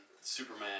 Superman